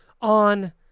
on